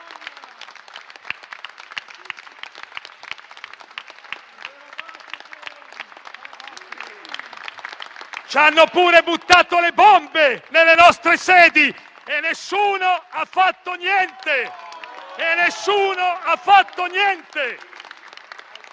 Ci hanno pure buttato le bombe nelle nostre sedi e nessuno ha fatto niente.